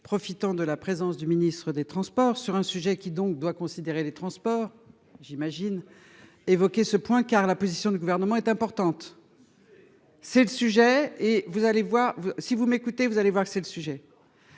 Profitant de la présence du ministre des Transports sur un sujet qui donc doit considérer les transports j'imagine évoqué ce point car la position du gouvernement est importante. C'est le sujet, et vous allez voir si vous m'écoutez vous allez voir que c'est le sujet.